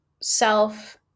self